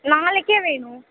நாளைக்கே வேணும்